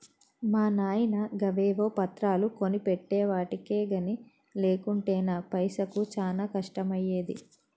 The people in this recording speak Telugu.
మా నాయిన గవేవో పత్రాలు కొనిపెట్టెవటికె గని లేకుంటెనా పైసకు చానా కష్టమయ్యేది